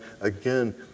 again